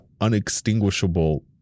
unextinguishable